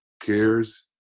cares